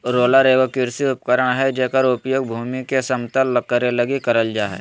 roller एगो कृषि उपकरण हइ जेकर उपयोग भूमि के समतल करे लगी करल जा हइ